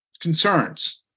concerns